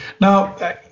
Now